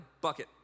bucket